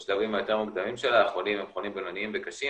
בשלבים היותר מוקדמים שלה החולים הם חולים בינוניים וקשים,